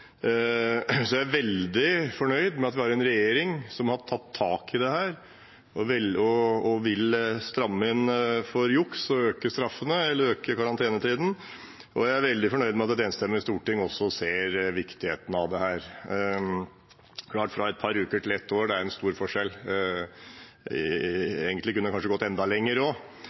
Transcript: så jeg er veldig fornøyd med at vi har en regjering som har tatt tak i det og vil stramme inn og øke karantenetiden for juks. Jeg er også veldig fornøyd med at et enstemmig storting ser viktigheten av dette. Det er klart at det å gå fra et par uker til ett år er en stor forskjell. Egentlig kunne en kanskje også gått enda lenger,